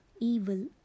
evil